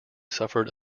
suffered